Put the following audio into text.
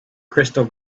crystal